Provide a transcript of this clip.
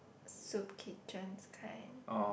soup kitchens kind